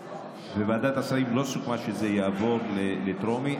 בוועדת השרים לא סוכם שזה יעבור בטרומית,